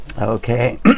Okay